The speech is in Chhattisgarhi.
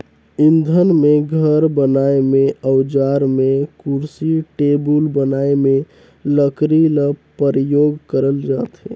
इंधन में, घर बनाए में, अउजार में, कुरसी टेबुल बनाए में लकरी ल परियोग करल जाथे